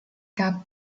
gab